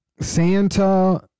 Santa